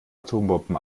atombomben